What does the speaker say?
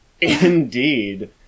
Indeed